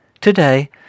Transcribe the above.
Today